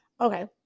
Okay